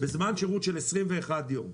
בזמן שירות של 21 יום,